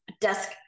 desk